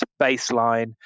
baseline